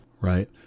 right